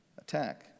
attack